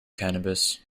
cannabis